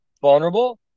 vulnerable